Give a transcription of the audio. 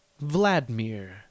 Vladimir